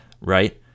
right